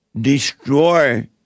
destroy